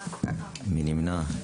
מי נמנע?